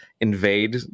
invade